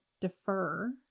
defer